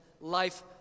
life